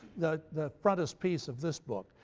the the frontis itpiece of this book.